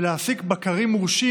ולהעסיק בקרים מורשים,